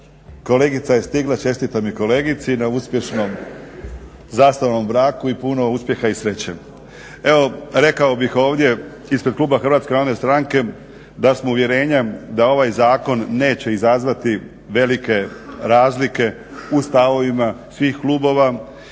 kolegica je stigla, čestitam i kolegici na uspješnom zasnovanom braku i puno uspjeha i sreće. Evo, rekao bih ovdje ispred kluba HNS-a da smo uvjerenja da ovaj zakon neće izazvati velike razlike u stavovima svih klubova